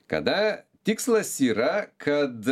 kada tikslas yra kad